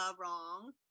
wrong